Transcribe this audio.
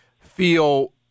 feel